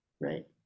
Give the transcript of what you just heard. right